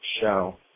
show